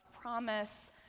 promise